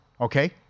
Okay